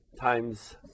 times